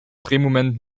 drehmoment